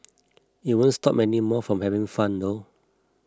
it won't stop many more from having fun though